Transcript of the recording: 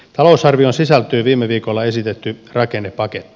talousarvioon sisältyy viime viikolla esitetty rakennepaketti